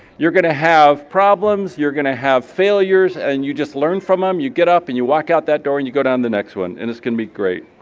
you're gonna have problems, you're gonna have failures, and you just learn from them. um you get up and you walk out that door and you go down the next one and it's gonna be great.